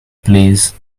please